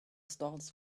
stalls